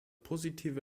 positive